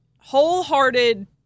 wholehearted